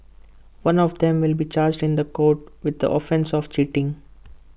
one of them will be charged in court with the offence of cheating